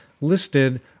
listed